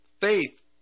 faith